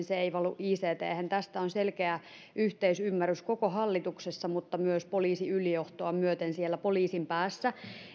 se ei valu icthen tästä on selkeä yhteisymmärrys koko hallituksessa mutta myös poliisiylijohtoa myöten siellä poliisin päässä